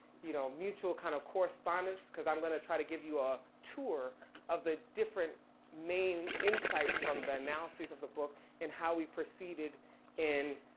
you know, mutual kind of, correspondence cause i'm gonna try to give you a tour of the different main insights from the analysis of the book and how we proceeded in